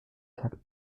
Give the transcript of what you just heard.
attacked